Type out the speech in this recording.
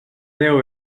deu